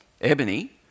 Ebony